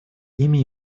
ими